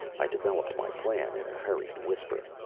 i developed my plan in a hurried whisper.